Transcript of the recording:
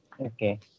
okay